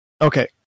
Okay